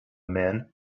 men